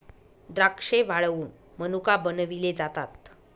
द्राक्षे वाळवुन मनुका बनविले जातात